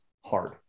hard